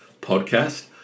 podcast